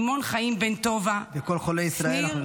שמעון חיים בן טובה, בתוך כל חולי ישראל.